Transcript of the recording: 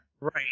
Right